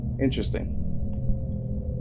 Interesting